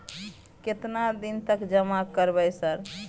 केतना दिन तक जमा करबै सर?